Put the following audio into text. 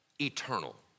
eternal